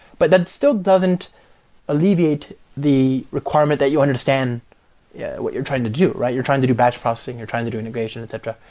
but that still doesn't alleviate the requirement that you understand yeah what you're trying to do. you're trying to do batch processing. you're trying to do integration, et cetera.